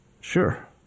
Sure